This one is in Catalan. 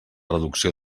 reducció